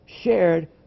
Shared